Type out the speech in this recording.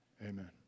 Amen